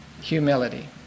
Humility